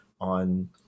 on